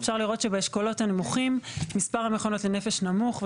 אפשר לראות שבאשכולות הנמוכים מספר המכונות לנפש נמוך,